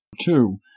Two